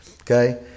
okay